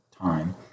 time